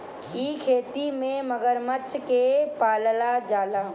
इ खेती में मगरमच्छ के पालल जाला